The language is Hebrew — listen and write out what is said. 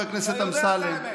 חבר הכנסת אמסלם,